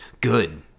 good